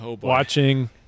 watching